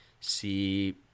see